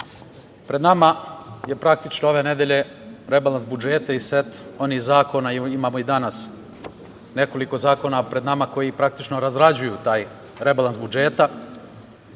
pred nama je praktično ove nedelje rebalans budžeta i set onih zakona, imamo i danas nekoliko zakona pred nama, koji praktično razrađuju taj rebalans budžeta.